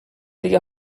دیگه